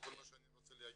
מה שאני רוצה להגיד,